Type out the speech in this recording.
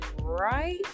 right